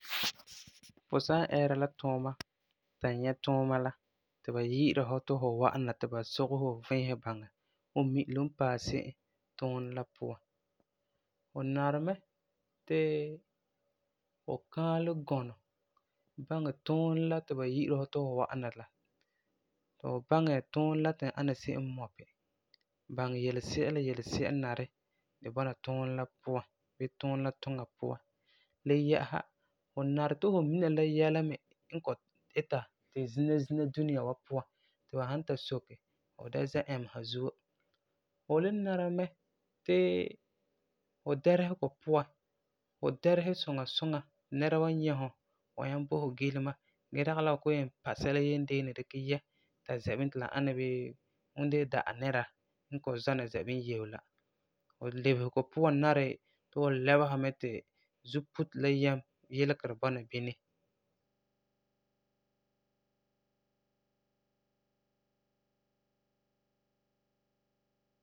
Fu san ɛɛra la tuuma, ta nyɛ tuuma la ti ba yi'ira fu ti fu wa'am na ti ba sogese fu viisɛ baŋɛ fu mi'ilum paɛ se'em tuunɛ la puan, fu nari mɛ ti fu kaalɛ gɔnɔ baŋɛ tuunɛ la ti ba yi'ira fu ti fu wa'am la, ti fu baŋɛ tuunɛ la tugum ana se'em mɔpi, baŋɛ yelesi'a la yelesi'a n nari di bɔna tuunɛ la puan bii tuunɛ la tiŋa puan. Le yɛ'ɛsa, fu nari ti fu mina la yɛla me n kɔ'ɔm ita tu zina duniya wa puan, ti ba san ta soke, fu da zɛa ɛmesera zuo. Fu ni nara mɛ ti fu dɛresegɔ puan fu dɛresɛ suŋa suŋa ti nɛra wan nyɛ fu wan nyaŋɛ bo fu gilema gee dagi la fu kɔ'ɔm yen pa sɛla yendeene dikɛ yɛ ta zɛ bini ti la ana bii fu de la da'a nɛra n kɔ'ɔm zɔ na zɛ bini yeu la. Fu lebesego puan nari ti fu lɛbesera mɛ ti zuputo la yɛm yilegerɛ bɔna bini.